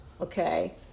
okay